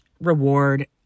reward